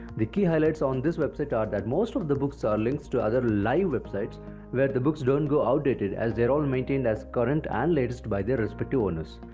the key highlights on this website are that most of the books are links to other live websites where the books don't go out-dated as they are all maintained as current and latest by their respective but owners.